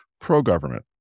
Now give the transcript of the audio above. pro-government